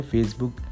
Facebook